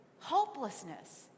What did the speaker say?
hopelessness